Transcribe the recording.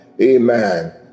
amen